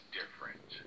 different